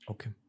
Okay